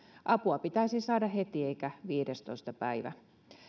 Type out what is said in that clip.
apua pitäisi saada heti eikä viidestoista päivä